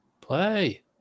Play